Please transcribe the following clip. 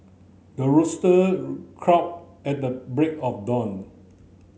the rooster crow at the break of dawn